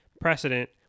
precedent